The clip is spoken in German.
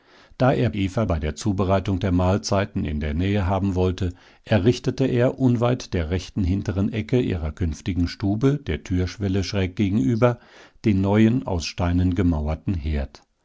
da er eva bei der zubereitung der mahlzeiten in der nähe haben wollte errichtete er unweit der rechten hinteren ecke ihrer künftigen stube der türschwelle schräg gegenüber den neuen aus steinen gemauerten herd